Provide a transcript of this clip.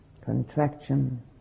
contraction